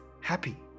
happy